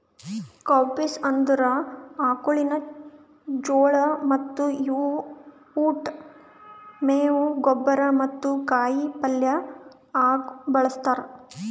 cowpeas ಅಂದುರ್ ಆಕುಳಿನ ಜೋಳ ಮತ್ತ ಇವು ಉಟ್, ಮೇವು, ಗೊಬ್ಬರ ಮತ್ತ ಕಾಯಿ ಪಲ್ಯ ಆಗ ಬಳ್ಸತಾರ್